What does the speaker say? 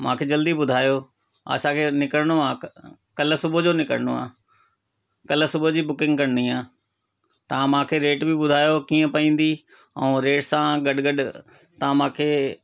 मूंखे जल्दी ॿुधायो असांखे निकिरणो आहे कल्ह सुबुह जो निकिरणो आहे कल्ह सुबुह जी बुकिंग करिणी आहे तव्हां मूंखे रेट बि ॿुधायो कीअं पवंदी ऐं रेट सां गॾु गॾु तव्हां मूंखे